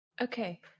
Okay